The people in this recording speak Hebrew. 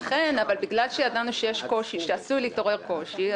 אבל כיוון שידענו שעשוי להתעורר קושי,